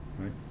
right